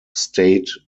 stayed